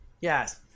Yes